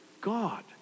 God